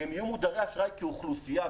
כי הם יהיו מודרי אשראי כאוכלוסייה,